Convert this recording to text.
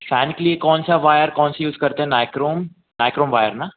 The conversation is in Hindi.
फ़ैन के लिए कौन सा वायर कौन सा यूज़ करते हैं नाइक्रोम नाइक्रोम वायर ना